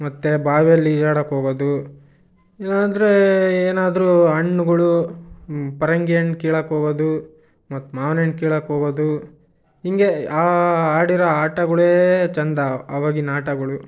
ಮತ್ತು ಬಾವ್ಯಲ್ಲಿ ಈಜಾಡಕ್ಕೆ ಹೋಗೋದು ಇಲ್ಲಾಂದರೆ ಏನಾದ್ರೂ ಹಣ್ಣುಗಳು ಪರಂಗಿ ಹಣ್ಣು ಕೀಳಕ್ಕೆ ಹೋಗೋದು ಮತ್ತು ಮಾವ್ನ ಹಣ್ಣು ಕೀಳಕ್ಕೆ ಹೋಗೋದು ಹೀಗೆ ಆ ಆಡಿರೋ ಆಟಗಳೇ ಚೆಂದ ಅವಾಗಿನ ಆಟಗಳು